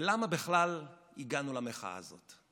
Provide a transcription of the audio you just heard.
ולמה בכלל הגענו למחאה הזאת?